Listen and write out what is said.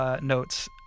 Notes